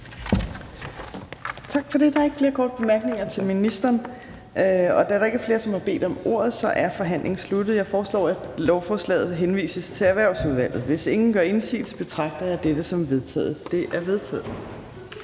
Tak for det. Der er ikke flere korte bemærkninger til ministeren. Da der ikke er flere, som har bedt om ordet, er forhandlingen sluttet. Jeg foreslår, at lovforslaget henvises til Erhvervsudvalget. Hvis ingen gør indsigelse, betragter jeg dette som vedtaget. Det er vedtaget.